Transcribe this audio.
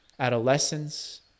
adolescence